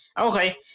Okay